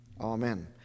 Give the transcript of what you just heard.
Amen